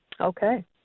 okay